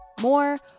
More